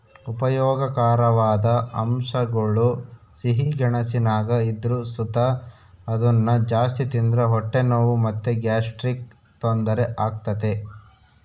ಉಪಯೋಗಕಾರವಾದ ಅಂಶಗುಳು ಸಿಹಿ ಗೆಣಸಿನಾಗ ಇದ್ರು ಸುತ ಅದುನ್ನ ಜಾಸ್ತಿ ತಿಂದ್ರ ಹೊಟ್ಟೆ ನೋವು ಮತ್ತೆ ಗ್ಯಾಸ್ಟ್ರಿಕ್ ತೊಂದರೆ ಆಗ್ತತೆ